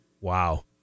Wow